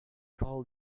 call